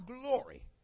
glory